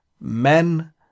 men